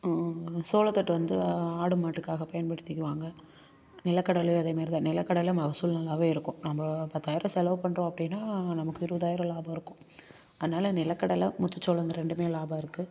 சோளத்தட்டு வந்து ஆடு மாட்டுக்காக பயன்படுத்திக்குவாங்க நிலக்கடலையும் அதேமாதிரிதான் நிலக்கடலை மகசூல் நல்லாவே இருக்கும் நம்ம பத்தாயிரம் செலவு பண்ணுறோம் அப்படின்னா நமக்கு இருபதாயிரம் லாபம் இருக்கும் அதனால நிலக்கடலை முத்துச்சோளம் இது ரெண்டுமே லாபம் இருக்குது